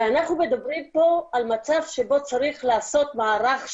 אנחנו מדברים פה על מצב שבו צריך לעשות מערך שלם,